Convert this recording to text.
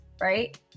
right